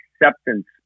acceptance